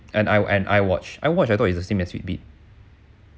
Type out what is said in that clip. an i an iwatch iwatch I thought is the same as fitbit